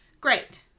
Great